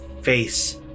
face